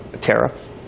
tariff